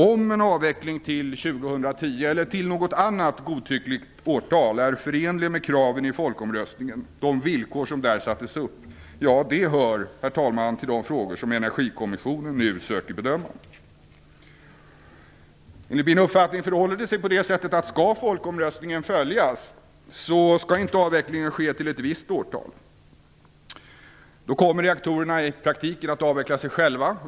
Om en avveckling till 2010 eller till något annat godtyckligt årtal är förenlig med kraven i folkomröstningen - de villkor som där sattes upp - hör till de frågor som Energikommissionen nu söker bedöma. Enligt min uppfattning skall avvecklingen inte ske till ett visst årtal om folkomröstningen skall följas. Då kommer reaktorerna i praktiken att avveckla sig själva.